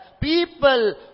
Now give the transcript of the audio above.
people